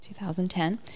2010